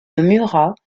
murat